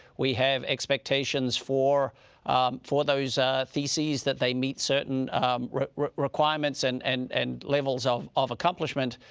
we have expectations for for those theses that they meet certain requirements and and and levels of of accomplishment.